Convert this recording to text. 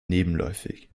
nebenläufig